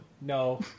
no